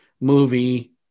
movie